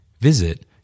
Visit